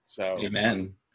Amen